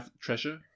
treasure